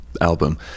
album